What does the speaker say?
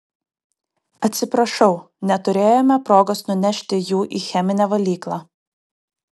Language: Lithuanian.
atsiprašau neturėjome progos nunešti jų į cheminę valyklą